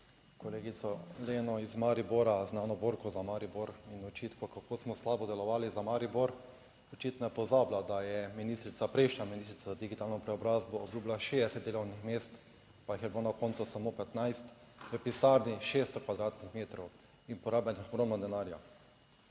kolegico Leno iz Maribora, znano borko za Maribor in očitkov, kako smo slabo delovali za Maribor, očitno je pozabila, da je ministrica, prejšnja ministrica za digitalno preobrazbo, obljubila 60 delovnih mest, pa jih je bilo na koncu samo 15 v pisarni 600 m2 in porabljenih ogromno denarja.